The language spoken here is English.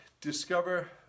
discover